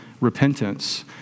repentance